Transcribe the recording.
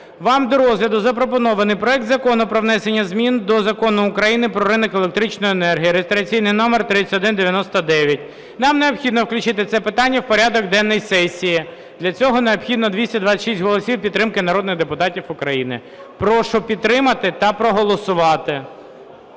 вам до розгляду запропонований проект Закону про внесення змін до Закону України "Про ринок електричної енергії" (реєстраційний номер 3199). Нам необхідно включити це питання в порядок денний сесії. Для цього необхідно 226 голосів підтримки народних депутатів України. Прошу підтримати та проголосувати.